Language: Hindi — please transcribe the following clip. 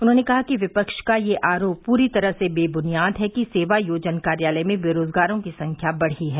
उन्होंने कहा कि विपक्ष का यह आरोप पूरी तरह बेबुनियाद है कि सेवा योजन कार्यालय में बेरोजगारों की संख्या बढ़ी है